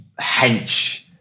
hench